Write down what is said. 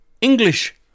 English